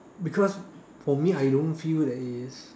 because for me I don't feel that is